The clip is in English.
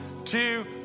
two